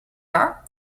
are